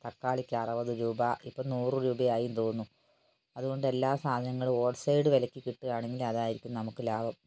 തക്കാളിക്ക് അറുപത് രൂപ ഇപ്പോൾ നൂറ് രൂപ ആയെന്ന് തോന്നുന്നു അതുകൊണ്ട് എല്ലാ സാധനങ്ങളും ഹോൾ സെയിൽ വിലയ്ക്ക് കിട്ടുകയാണെങ്കിൽ അതായിരിക്കും നമുക്ക് ലാഭം